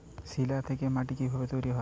শিলা থেকে মাটি কিভাবে তৈরী হয়?